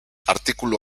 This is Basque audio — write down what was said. artikulu